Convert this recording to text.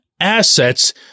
assets